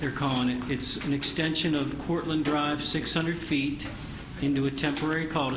they're calling it it's an extension of the portland drive six hundred feet into a temporary called